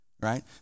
right